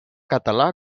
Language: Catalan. català